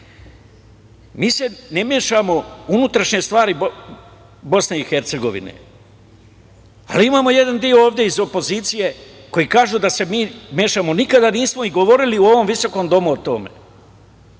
se ne mešamo u unutrašnje stvari Bosne i Hercegovine, ali imamo jedan deo iz opozicije koji kaže da se mi mešamo. Mi nikada nismo govorili u ovom visokom Domu o tome.